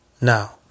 now